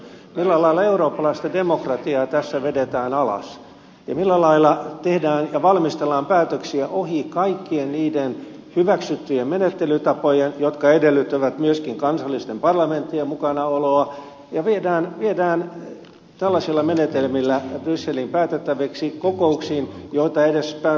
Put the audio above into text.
millä lailla eurooppalaista demokratiaa tässä vedetään alas ja millä lailla tehdään ja valmistellaan päätöksiä ohi kaikkien niiden hyväksyttyjen menettelytapojen jotka edellyttävät myöskin kansallisten parlamenttien mukanaoloa ja viedään tällaisilla menetelmillä asioita brysseliin päätettäviksi kokouksiin joita edes perussopimukset eivät tunne